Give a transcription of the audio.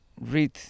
read